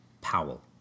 Powell